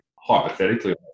Hypothetically